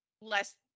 less